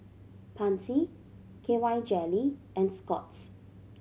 Pansy K Y Jelly and Scott's